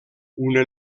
una